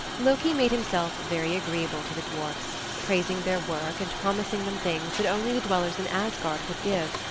loki made himself very agreeable to the dwarfs, praising their work and promising them things that only the dwellers in asgard could give,